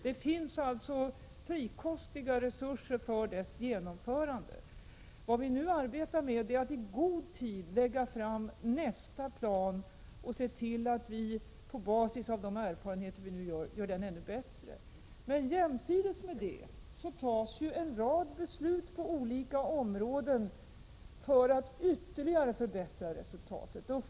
Det finns alltså frikostiga resurser för planens genomförande. Nu arbetar vi med att i god tid lägga fram förslag till nästa plan och se till att vi, på basis av de erfarenheter som vi nu gör, gör den ännu bättre. Jämsides med detta tas en rad beslut på olika områden för att ytterligare förbättra resultatet.